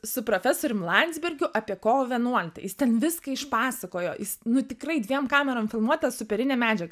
su profesorium landsbergiu apie kovo vienuoliktą jis ten viską išpasakojo nu tikrai dviem kamerom filmuota superinė medžiaga